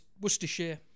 Worcestershire